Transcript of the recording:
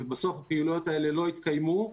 ובסוף הפעילויות האלה לא התקיימו.